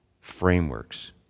frameworks